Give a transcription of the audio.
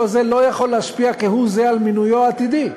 הזה לא יכול להשפיע כהוא זה על המינוי העתידי?